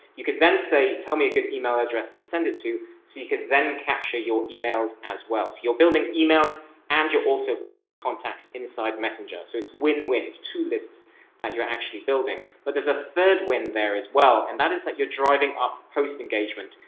you can then say, tell me a good email address to send it to. so you can then capture your emails as well. so you're building emails and you're also building the contacts inside messenger. so it's win-win. it's two lists that you're actually building, but there's a third win there as well. and that is that you're driving up post engagement,